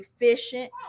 efficient